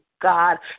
god